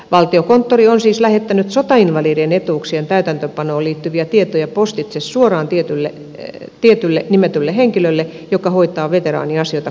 valtiokonttori on siis lähettänyt sotainvalidien etuuksien täytäntöönpanoon liittyviä tietoja postitse suoraan tietylle nimetylle henkilölle joka hoitaa veteraaniasioita kunnassa